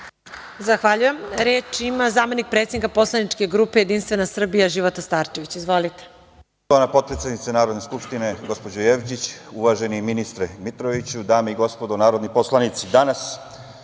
Zahvaljujem. Reč ima zamenik predsednika poslaničke grupe Jedinstvene Srbije Života Starčević. Izvolite.